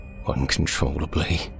Uncontrollably